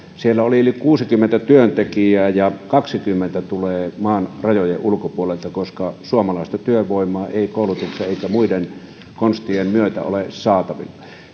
siellä oli yli kuusikymmentä työntekijää ja kaksikymmentä tulee maan rajojen ulkopuolelta koska suomalaista työvoimaa ei koulutuksen eikä muiden konstien myötä ole saatavilla